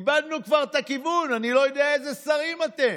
איבדנו כבר את הכיוון, אני לא יודע איזה שרים אתם.